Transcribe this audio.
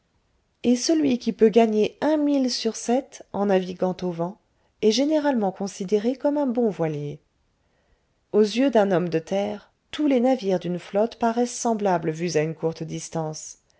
et celui qui peut gagner un mille sur sept en naviguant au vent est généralement considéré comme un bon voilier aux yeux d'un homme de terre tous les navires d'une flotte paraissent semblables vus à une courte distance